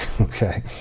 okay